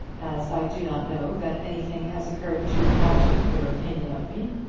as i do not know that anything has occurred to alter your opinion of me,